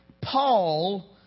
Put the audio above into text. Paul